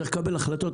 צריך לקבל החלטות.